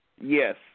Yes